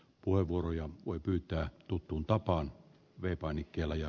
puhevuoroja voi pyytää tuttuun tapaan vei painikkeella ja